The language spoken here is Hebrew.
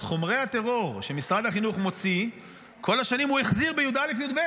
חומרי הטרור שמשרד החינוך מוציא כל השנים הוא החזיר בי"א י"ב.